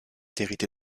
hérité